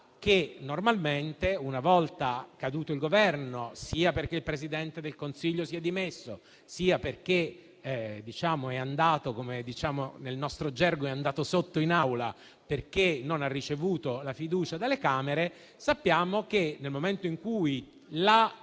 che normalmente, una volta caduto il Governo - sia perché il Presidente del Consiglio si è dimesso, sia perché, come diciamo nel nostro gergo, è andato sotto in Aula perché non ha ricevuto la fiducia delle Camere - la matassa torna nelle mani